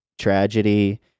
tragedy